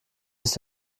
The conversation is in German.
sich